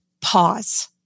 pause